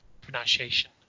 pronunciation